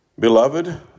Beloved